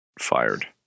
fired